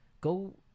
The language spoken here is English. Go